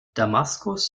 damaskus